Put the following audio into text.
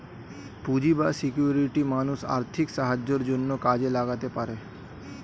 পুঁজি বা সিকিউরিটি মানুষ আর্থিক সাহায্যের জন্যে কাজে লাগাতে পারে